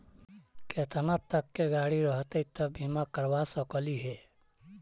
केतना तक के गाड़ी रहतै त बिमा करबा सकली हे?